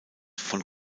von